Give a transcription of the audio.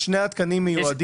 אחד מהתקנים מיועד